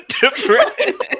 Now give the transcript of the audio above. different